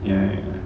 ya ya ya